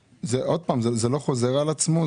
עוד פעם, זה לא חוזר על עצמו?